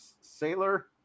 Sailor